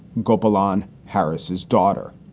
gopalan harris's daughter,